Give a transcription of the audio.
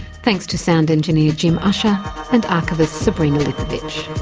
thanks to sound engineer jim ussher and archivist sabrina lipovic.